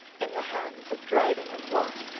in the hands of dryden and locke,